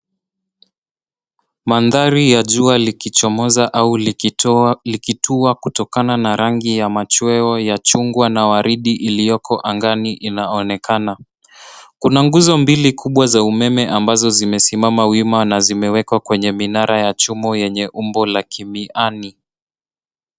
Mandhari ya jua likichomoza au likitua kutokana na rangi ya machweo ya chungwa na waridi iliyoko angani inaonekana. Kuna nguzo mbili kubwa za umeme ambazo zimesimama wima na zimewekwa kwenye minara ya chumo yenye umba la kimiani.